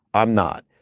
i'm not.